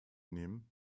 nehmen